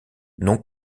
non